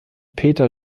peter